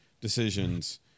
decisions